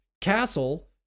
castle